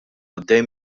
għaddej